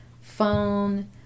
phone